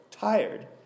tired